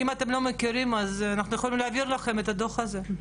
אם אתם לא מכירים אז אנחנו יכולים להעביר לכם את הדוח הזה.